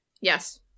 Yes